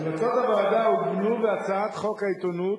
המלצות הוועדה עוגנו בהצעת חוק העיתונות,